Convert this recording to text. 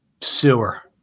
sewer